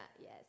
Yes